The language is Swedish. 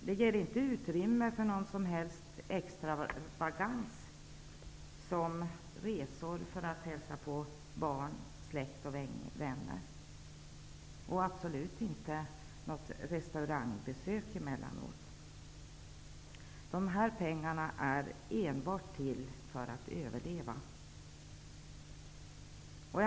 Det ger inte utrymme för någon som helst extravagans, som t.ex. resor för att hälsa på barn, släkt och vänner. Till restaurangbesök någon gång emellanåt räcker det absolut inte. Dessa pengar är enbart till för att överleva på.